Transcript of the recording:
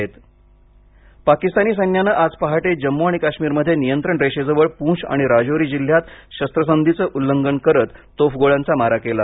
शस्त्रसंधी पाकिस्तानी सैन्यानं आज पहाटे जम्मू आणि काश्मीरमध्ये नियंत्रण रेषेजवळ पूंछ आणि राजौरी जिल्हयात शस्त्रसंधीचं उल्लंघन करत तोफगोळ्यांचा मारा केला